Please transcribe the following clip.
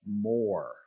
more